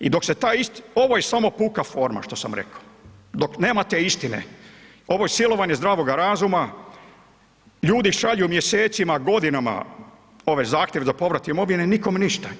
I dok se taj isti, ovo je samo puka forma što sam rekao, dok nemate istine, ovo je silovanje zdravoga razuma, ljudi šalju mjesecima, godinama ove zahtjeve za povrat imovine i nikome ništa.